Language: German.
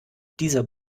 dieser